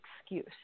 excuse